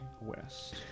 west